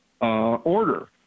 order